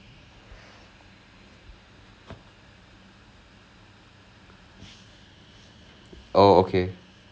the writers wing தான்:thaan but we will al~ already like publications is anyways is going to come down because they are publications